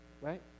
Right